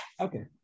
Okay